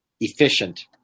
efficient